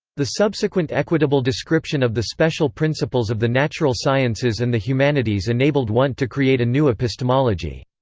the subsequent equitable description of the special principles of the natural sciences and the humanities enabled wundt to create a new epistemology.